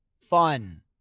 fun